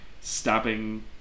stabbing